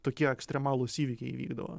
tokie ekstremalūs įvykiai vykdavo